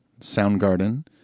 Soundgarden